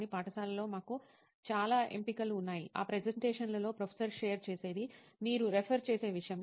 కానీ కళాశాలలో మాకు చాలా ఎంపికలు ఉన్నాయి ఆ ప్రెజెంటేషన్లలో ప్రొఫెసర్ షేర్ చేసేది మీరు రెఫర్ చేసే విషయం